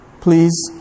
please